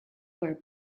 were